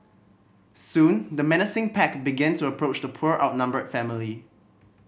soon the menacing pack began to approach the poor outnumbered family